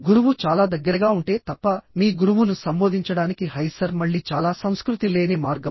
గురువు చాలా దగ్గరగా ఉంటే తప్ప మీ గురువును సంబోధించడానికి హై సర్ మళ్ళీ చాలా సంస్కృతి లేని మార్గం